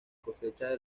cosecha